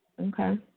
Okay